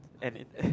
and it and